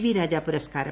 V Raja പുരസ്കാരം